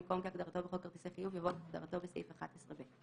במקום "כהגדרתו בחוק כרטיסי חיוב" יבוא "כהגדרתו בסעיף 11ב"".